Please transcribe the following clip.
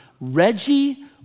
Reggie